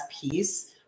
piece